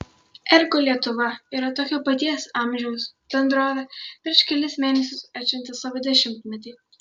ergo lietuva yra tokio paties amžiaus bendrovė prieš kelis mėnesius atšventė savo dešimtmetį